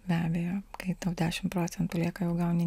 be abejo kai tau dešim procentų lieka jau gauni